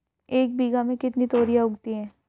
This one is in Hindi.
एक बीघा में कितनी तोरियां उगती हैं?